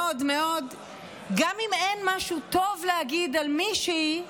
וגם אם אין משהו טוב להגיד על מישהי,